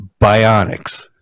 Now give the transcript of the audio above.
bionics